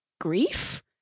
grief